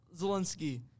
Zelensky